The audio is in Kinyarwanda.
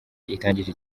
itangije